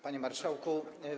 Panie Marszałku!